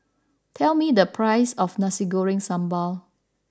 tell me the price of Nasi Goreng Sambal